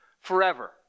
forever